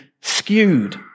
skewed